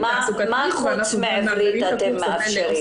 מה חוץ מעברית אתם מאפשרים?